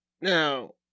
Now